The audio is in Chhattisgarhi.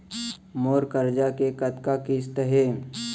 मोर करजा के कतका किस्ती हे?